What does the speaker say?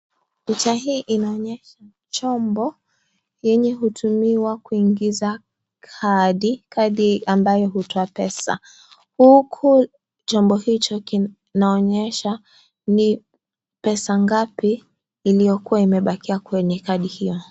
Picha hii inaonyesha chombo yenye hutumiwa kuingiza kadi, kadi ambayo hutoa pesa . Huku chombo hicho kinaonyesha ni pesa ngapi iliyokuwa imebakia kwenye kadi hiyo.